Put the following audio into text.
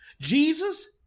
Jesus